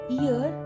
year